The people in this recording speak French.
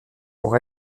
pour